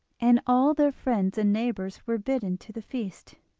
and all their friends and neighbours were bidden to the feast.